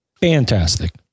Fantastic